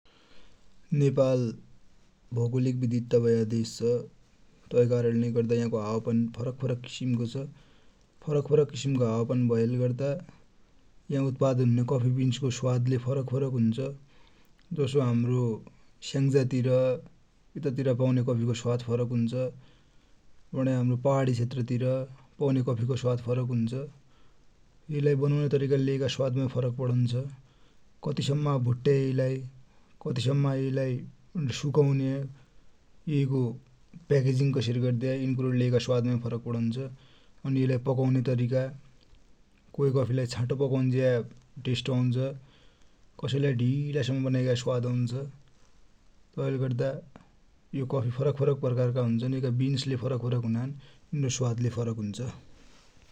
नेपाल भौगोलिक बिविधता भया देश छ। तै कारण ले गर्दा या को हावापानि ले फरक फरक किसिम को छ। फरक फरक किसिमको हावापानि भ​एले गर्दा या उत्पादन हुने कफि को स्वाद ले फरक फरक हुन्छ। जसो हम्रो स्याञा तिर पाइने कफि को स्वाद फरक हुन्छ, अनि हमरो पहाडी क्षेत्र तिर पौने कफी को स्वाद फरक हुन्छ। यै लाइ बनौने तरिका ले यै का स्वाद माइ फरक परन्छ। कति सम्मा भुट्ट्या यैलाइ, कति सम्म सुकौने यैलाइ, यै को प्याकेजिङ कसरि गर्ने भन्ने कुरा ले यै का स्वाद मा फरक परन्छ। अनि यैलाइ पकौने तरिका कोइ कफि लाइ छाटो पकौञ्या टेस्ट औन्छ​, कसैलाइ ढीला सम्म बनाइन्छ स्वाद औन्छ। तै ले गर्दा यो कफि फरकफरक प्रकार का हुन्छन, यै का बिन्स ले फरकफरक प्रकारका हुनान, इनरो स्वाद ले फरक हुन्छ ।